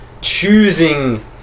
choosing